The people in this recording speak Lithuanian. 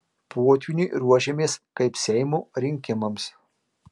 potvyniui ruošiamės kaip seimo rinkimams